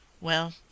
Well